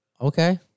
Okay